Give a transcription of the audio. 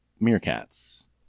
meerkats